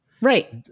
right